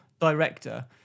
director